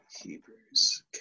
hebrews